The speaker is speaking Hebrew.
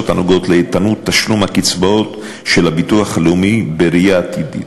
הנוגעות לאיתנות תשלום הקצבאות של הביטוח הלאומי בראייה עתידית.